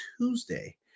Tuesday